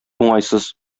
уңайсыз